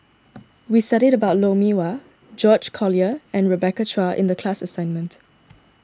we studied about Lou Mee Wah George Collyer and Rebecca Chua in the class assignment